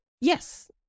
Yes